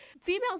females